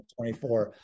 24